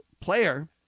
player